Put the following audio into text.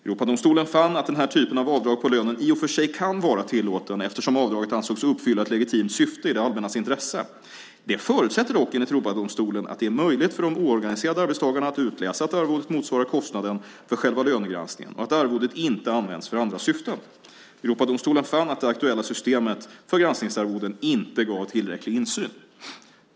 Europadomstolen fann att den här typen av avdrag på lönen i och för sig kan vara tillåten eftersom avdraget avsågs att uppfylla ett legitimt syfte i det allmännas intresse. Det förutsätter dock enligt Europadomstolen att det är möjligt för de oorganiserade arbetstagarna att utläsa att arvodet motsvarar kostnaden för själva lönegranskningen och att arvodet inte används för andra syften. Europadomstolen fann att det aktuella systemet för granskningsarvoden inte gav tillräcklig insyn.